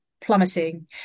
plummeting